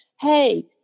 hey